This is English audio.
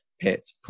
pit